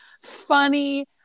funny